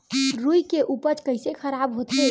रुई के उपज कइसे खराब होथे?